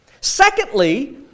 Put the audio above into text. Secondly